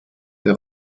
der